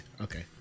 okay